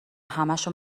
همشو